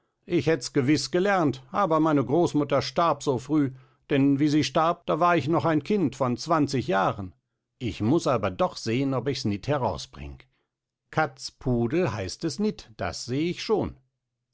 ich hätts gewiss gelernt aber meine großmutter starb so früh denn wie sie starb da war ich noch ein kind von zwanzig jahren ich muß aber doch sehen ob ichs nit herausbring katz pudel heißt es nit das seh ich schon